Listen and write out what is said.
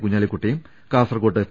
കുഞ്ഞാ ലിക്കുട്ടിയും കാസർകോട്ട് പി